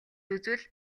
үзвэл